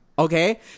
Okay